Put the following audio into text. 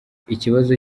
ikibazo